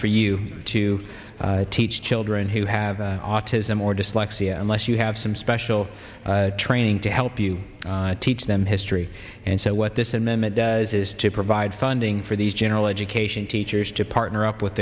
for you to teach children who have autism or dyslexia unless you have some special training to help you teach them history and so what this and them it does is to provide funding for these general education teachers to partner up with